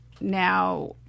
now